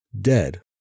Dead